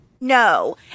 No